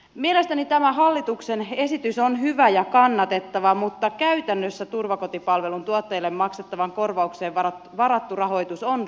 mielestäni tämä hallituksen esitys on hyvä ja kannatettava mutta käytännössä turvakotipalvelun tuottajille maksettavaan korvaukseen varattu rahoitus on riittämätön